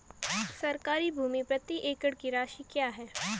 सरकारी भूमि प्रति एकड़ की राशि क्या है?